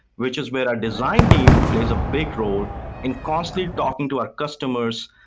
which is where a design theme plays a big role in constantly talking to our customers,